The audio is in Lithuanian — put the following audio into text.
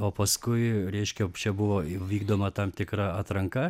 o paskui reiškia čia buvo vykdoma tam tikra atranka